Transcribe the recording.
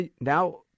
now